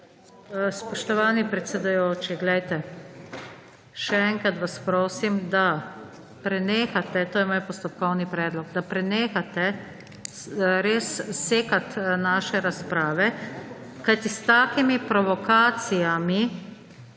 Spoštovani predsedujoči! Glejte, še enkrat vas prosim, da prenehate − to je moj postopkovni predlog −, da prenehate res sekati naše razprave. Kajti s takimi provokacijami